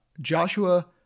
Joshua